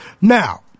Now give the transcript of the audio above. now